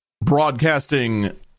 broadcasting